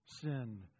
sin